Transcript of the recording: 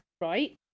Right